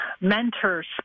mentors